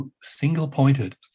single-pointed